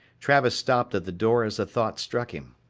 travis stopped at the door as a thought struck him.